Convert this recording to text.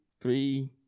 three